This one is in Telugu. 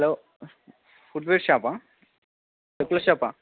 హలో ఫుట్వేర్ షాపా ఫుట్వేర్ షాపా